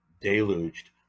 deluged